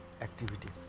activities